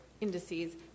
indices